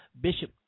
Bishop